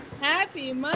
Happy